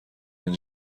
این